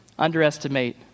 underestimate